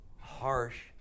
harsh